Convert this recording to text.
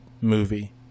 movie